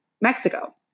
Mexico